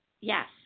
Yes